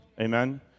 Amen